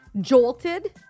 jolted